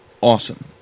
awesome